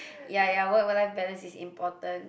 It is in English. ya ya work life balance is important